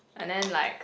and then like